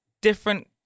different